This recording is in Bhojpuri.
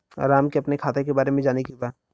राम के अपने खाता के बारे मे जाने के बा?